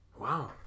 Wow